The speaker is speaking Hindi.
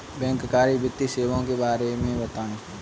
बैंककारी वित्तीय सेवाओं के बारे में बताएँ?